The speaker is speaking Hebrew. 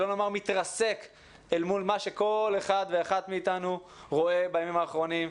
שלא לומר מתרסק אל מול מה שכל אחד ואחת מאתנו רואה בימים האחרונים.